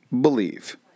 believe